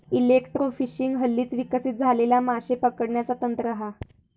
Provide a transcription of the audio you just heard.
electrofishing हल्लीच विकसित झालेला माशे पकडण्याचा तंत्र हा